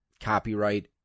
copyright